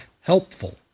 helpful